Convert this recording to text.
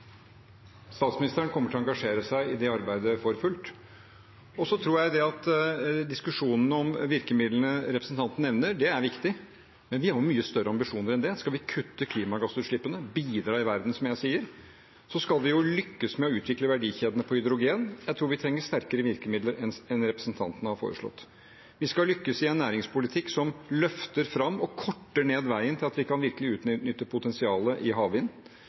Statsministeren kommer til å engasjere seg i det arbeidet for fullt. Så tror jeg at diskusjonene om virkemidlene representanten nevner, er viktig, men vi har mye større ambisjoner enn det. Vi skal kutte i klimagassutslippene, bidra i verden, som jeg sier, og så skal vi lykkes med å utvikle verdikjedene på hydrogen. Jeg tror vi trenger sterkere virkemidler enn representanten har foreslått. Vi skal lykkes i en næringspolitikk som løfter fram og korter ned veien til at vi virkelig kan utnytte potensialet i havvind.